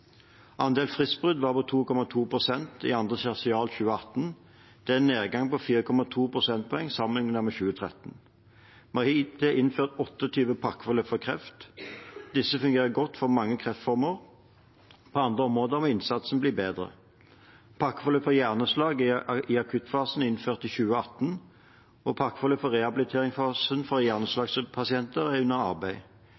Andel fristbrudd var 2,2 pst. i 2. tertial 2018. Det er en nedgang på 4,2 prosentpoeng sammenliknet med i 2013. Vi har hittil innført 28 pakkeforløp for kreft. Disse fungerer godt for mange kreftformer. På andre områder må innsatsen bli bedre. Pakkeforløp for hjerneslag i akuttfasen er innført i 2018, og pakkeforløp for rehabiliteringsfasen for